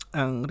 ang